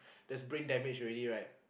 there's brain damage already right